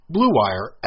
BlueWire